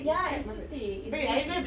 ya it's too thick it's so dirty